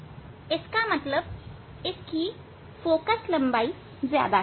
इसका मतलब है कि इसकी फोकल लंबाई ज्यादा है